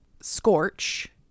scorch